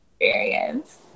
experience